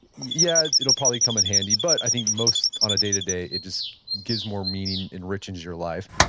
yeah, it'll probably come in handy. but i think most on a day to day, it just gives more meaning, enriches your life.